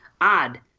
odd